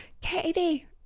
Katie